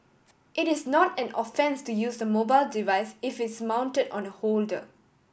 it is not an offence to use the mobile device if it's mounted on a holder